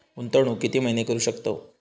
गुंतवणूक किती महिने करू शकतव?